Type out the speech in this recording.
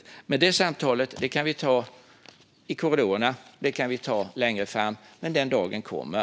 Det samtalet kan vi ta i korridorerna längre fram, men den dagen kommer.